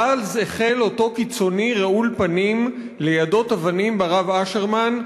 ואז החל אותו קיצוני רעול פנים ליידות אבנים ברב אשרמן,